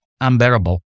unbearable